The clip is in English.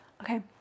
Okay